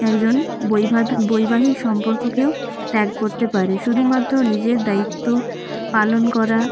একজন বৈভাগ বৈবাহিক সম্পর্ককেও ত্যাগ করতে পারে শুধুমাত্র নিজের দায়িত্ব পালন করা